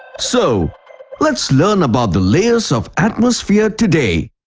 so let's learn about the layers of atmosphere today!